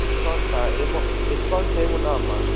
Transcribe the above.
డిస్కౌంట్సా ఏమో డిస్కౌంట్స్ ఏమి ఉండవమ్మా